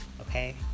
Okay